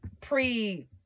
pre-